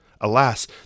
Alas